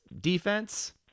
defense –